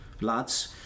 lads